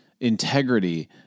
integrity